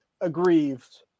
aggrieved